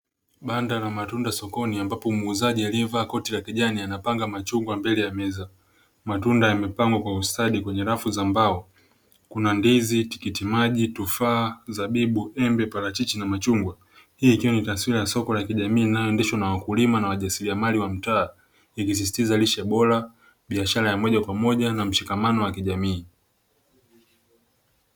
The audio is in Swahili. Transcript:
Banda la matunda sokoni ambapo muuzaji aliyevaa koti la kijani anapanga machungwa mbele ya meza matunda yamepangwa kwa ustadi kwenye rafu za mbao kuna ndizi, tikiti maji, tufaa, zabibu ,embe ,parachichi na machungwa hii ikiwa ni taswira ya soko la kijamii inayoendeshwa na wakulima na wajasiriamali wa mtaa ikisisitiza lishe bora ,biashara ya moja kwa moja na mshikamano wa kijamii.